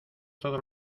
todos